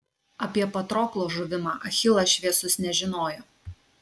apie patroklo žuvimą achilas šviesus nežinojo